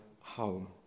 home